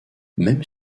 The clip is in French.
même